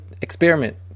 experiment